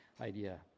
idea